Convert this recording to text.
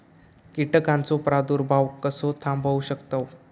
कीटकांचो प्रादुर्भाव कसो थांबवू शकतव?